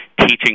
teaching